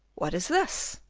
what is this?